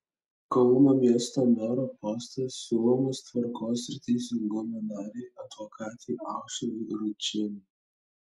kauno miesto mero postas siūlomas tvarkos ir teisingumo narei advokatei aušrai ručienei